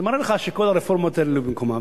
זה מראה לך שכל הרפורמות האלה לא במקומן,